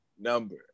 number